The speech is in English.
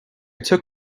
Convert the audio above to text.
took